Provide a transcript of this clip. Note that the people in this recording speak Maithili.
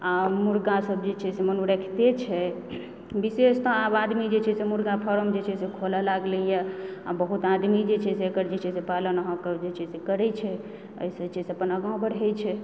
आ मुर्गा सब जे छै से मानू रखिते छै विशेषतः आब आदमी जे छै से मुर्गा फारम जे छै से खोलऽ लागलै आ बहुत आदमी जे छै से एकर जे छै पालन अहाँकेँ जे छै से करय छै एहिसँ होइत छै जे अपन आगाँ बढ़ै छै